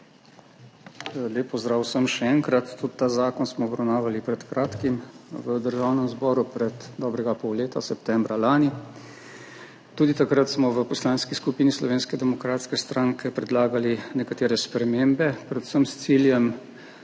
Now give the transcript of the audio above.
Lep pozdrav vsem še enkrat! Tudi ta zakon smo obravnavali pred kratkim v Državnem zboru pred dobrega pol leta, septembra lani. Tudi takrat smo v Poslanski skupini Slovenske demokratske stranke predlagali nekatere spremembe, predvsem s ciljem